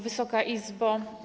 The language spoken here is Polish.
Wysoka Izbo!